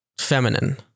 feminine